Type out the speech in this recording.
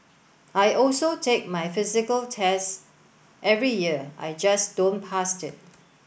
I also take my physical test every year I just don't pass it